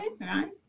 right